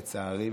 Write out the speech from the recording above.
לצערי,